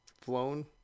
flown